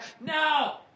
No